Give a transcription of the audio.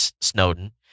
Snowden